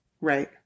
Right